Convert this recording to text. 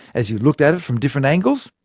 as you looked at it from different angles?